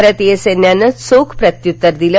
भारतीय सस्थिनं चोख प्रत्युत्तर दिलं